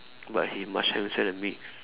but he much handsome than me